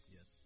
Yes